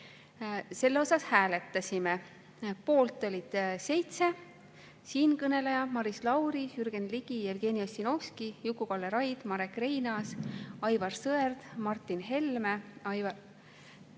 selle üle hääletasime. Poolt oli 7: siinkõneleja, Maris Lauri, Jürgen Ligi, Jevgeni Ossinovski, Juku-Kalle Raid, MarekReinaas, Aivar Sõerd, Martin Helme …Jah,